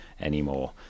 anymore